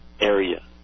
area